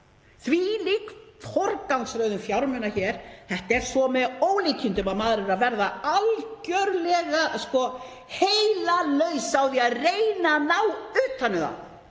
Þvílík forgangsröðun fjármuna hér. Þetta er svo með ólíkindum að maður er að verða algjörlega heilalaus á því að reyna að ná utan um